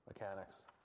mechanics